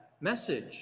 message